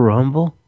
Rumble